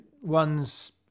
one's